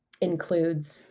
includes